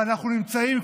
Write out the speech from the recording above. ואנחנו נמצאים,